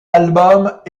albums